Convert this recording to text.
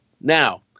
now